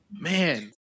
man